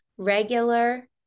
Regular